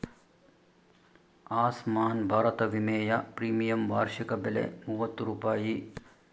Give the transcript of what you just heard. ಆಸ್ಮಾನ್ ಭಾರತ ವಿಮೆಯ ಪ್ರೀಮಿಯಂ ವಾರ್ಷಿಕ ಬೆಲೆ ಮೂವತ್ತು ರೂಪಾಯಿ